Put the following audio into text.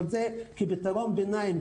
זה כפתרון ביניים,